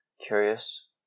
Curious